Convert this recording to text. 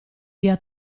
via